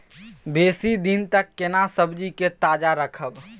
बेसी दिन तक केना सब्जी के ताजा रखब?